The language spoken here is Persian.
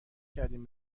کردین